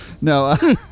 No